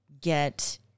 get